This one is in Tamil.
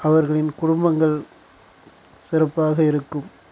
அவர்களின் குடும்பங்கள் சிறப்பாக இருக்கும்